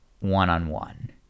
one-on-one